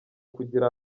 kugera